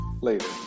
later